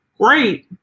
great